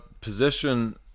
position